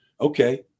Okay